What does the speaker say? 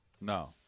No